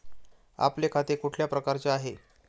आपले खाते कुठल्या प्रकारचे आहे?